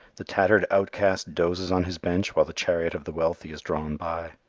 the tattered outcast dozes on his bench while the chariot of the wealthy is drawn by.